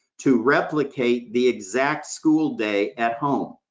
to replicate the exact school day at home.